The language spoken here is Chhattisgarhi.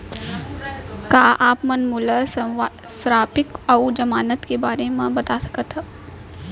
का आप मन मोला संपार्श्र्विक अऊ जमानत के बारे म बता सकथव?